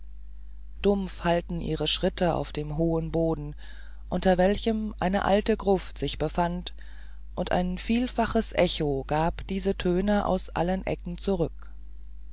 dumpf schallten ihre schritte auf dem hohlen boden unter welchem eine alte gruft sich befand und ein vielfaches echo gab diese töne aus allen ecken zurück